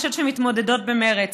ואני חושבת שמתמודדות במרץ.